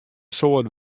soad